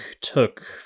took